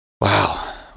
wow